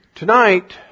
Tonight